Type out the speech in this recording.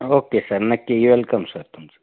okay sir नक्की welcome sir तुमचं